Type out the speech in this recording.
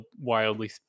wildly